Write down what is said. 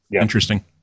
Interesting